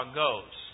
goes